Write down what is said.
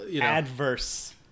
adverse